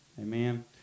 Amen